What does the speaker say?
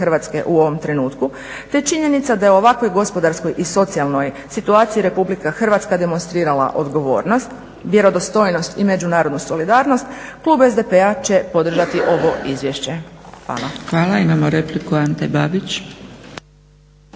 RH u ovom trenutku te činjenica da je ovakvoj gospodarskoj i socijalnoj situaciju RH demonstrirala odgovornost, vjerodostojnost i međunarodnu solidarnost Klub SDP-a će podržati ovo izvješće. Hvala. **Zgrebec, Dragica